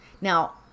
now